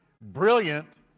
brilliant